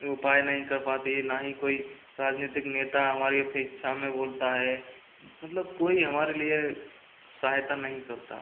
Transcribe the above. उपाय नहीं कर पाती ना ही कोई राजनीतिक नेता हमारी अपेक्षा में बोलता है मतलब कोई हमारे लिए सहायता नहीं करता